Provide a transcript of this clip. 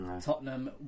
Tottenham